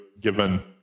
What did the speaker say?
given